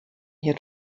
hier